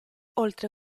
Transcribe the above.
oltre